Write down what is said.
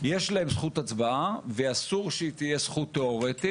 יש להם זכות הצבעה ואסור שהיא תהייה זכות תיאורטית,